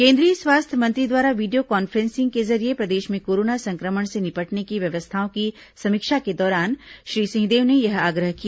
केंद्रीय स्वास्थ्य मंत्री द्वारा वीडियो कॉन्फ्रेंसिंग के जरिये प्रदेश में कोरोना संक्रमण से निपटने की व्यवस्थाओं की समीक्षा के दौरान श्री सिंहदेव ने यह आग्रह किया